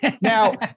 Now